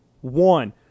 one